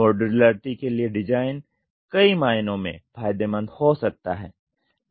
modularity के लिए design कई मायनों में फ़ायदेमंद हो सकता है